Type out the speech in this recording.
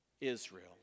Israel